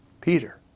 Peter